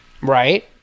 Right